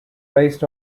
raced